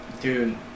Dude